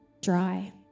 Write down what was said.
dry